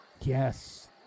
Yes